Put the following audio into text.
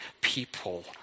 people